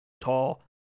tall